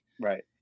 Right